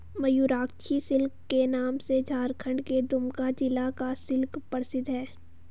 Mayurakshi silk के नाम से झारखण्ड के दुमका जिला का सिल्क प्रसिद्ध है